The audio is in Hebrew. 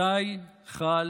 מתי חל